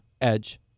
Edge